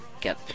get